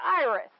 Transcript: iris